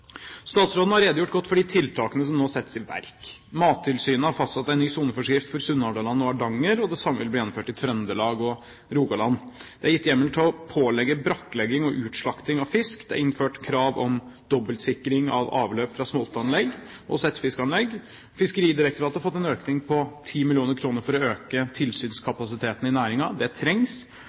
Statsråden har redegjort godt for de tiltakene som nå settes i verk. Mattilsynet har fastsatt en ny soneforskrift for Sunnhordland og Hardanger. Det samme vil bli gjennomført i Trøndelag og Rogaland. Det er gitt hjemmel til å pålegge brakklegging og utslakting av fisk. Det er innført krav om dobbeltsikring av avløp fra smoltanlegg og settefiskanlegg. Fiskeridirektoratet har fått en økning på 10 mill. kr for å øke tilsynskapasiteten i næringen. Det trengs.